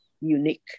unique